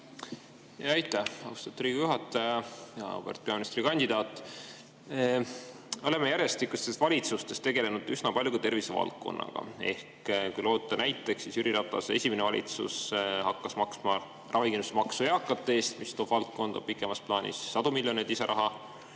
Aitäh, austatud Riigikogu juhataja! Auväärt peaministrikandidaat! Oleme järjestikustes valitsustes tegelenud üsna palju ka tervisevaldkonnaga. Näiteks, Jüri Ratase esimene valitsus hakkas maksma ravikindlustusmaksu eakate eest, mis toob valdkonda pikemas plaanis sadu miljoneid lisaraha.